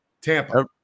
Tampa